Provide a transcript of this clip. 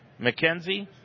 McKenzie